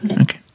Okay